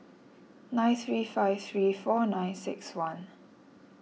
nine three five three four nine six one